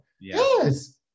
yes